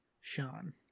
Sean